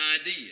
idea